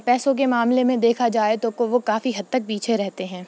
پیسوں کے معاملے میں دیکھا جائے تو وہ کافی حد تک پیچھے رہتے ہیں